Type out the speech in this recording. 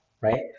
right